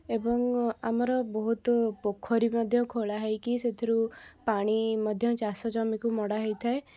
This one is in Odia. ଏବଂ ଆମର ବହୁତ ପୋଖରୀ ମଧ୍ୟ ଖୋଳାହେଇକି ସେଥିରୁ ପାଣି ମଧ୍ୟ ଚାଷଜମିକୁ ମଡ଼ା ହେଇଥାଏ